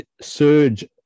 Surge